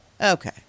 Okay